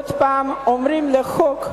אבל עוד פעם אומרים לא לחוק.